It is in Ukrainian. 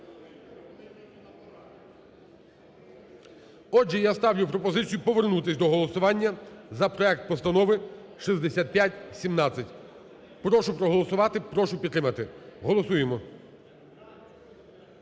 Отже, я ставлю пропозицію повернутись до голосування за проект Постанови (6517). Прошу проголосувати, прошу підтримати. Голосуємо.